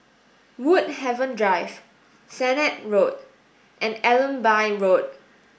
Woodhaven Drive Sennett Road and Allenby Road